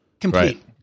complete